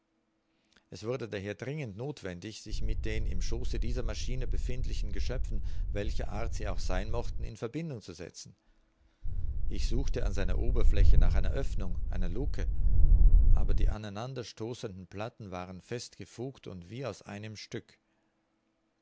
es wurde daher dringend nothwendig sich mit den im schoße dieser maschine befindlichen geschöpfen welcher art sie auch sein mochten in verbindung zu setzen ich suchte an seiner oberfläche nach einer oeffnung einer lucke aber die aneinanderstoßenden platten waren festgefugt und wie aus einem stück